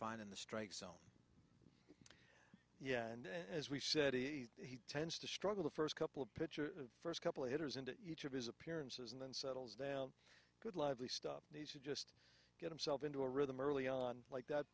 fine in the strike zone yet and as we said he he tends to struggle the first couple of pitcher first couple of years into each of his appearances and then settles down good lively stuff needs to just get himself into a rhythm early on like th